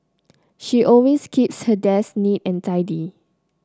she always keeps her desk neat and tidy